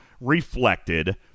reflected